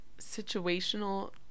situational